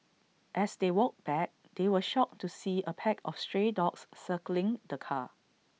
as they walked back they were shocked to see A pack of stray dogs circling the car